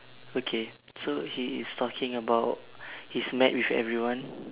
okay so he is talking about he's mad with everyone